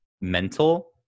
mental